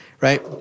right